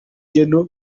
gen